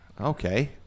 okay